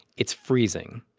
it's freezing.